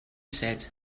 said